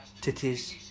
titties